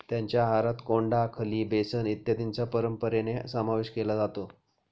त्यांच्या आहारात कोंडा, खली, बेसन इत्यादींचा परंपरेने समावेश केला जातो